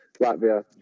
Latvia